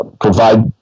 provide